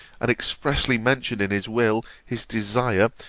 and expressly mentioned in his will his desire,